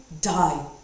die